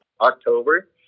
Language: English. october